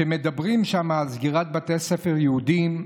ומדברים שם על סגירת בתי ספר יהודיים,